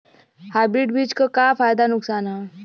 Hybrid बीज क का फायदा नुकसान ह?